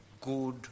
good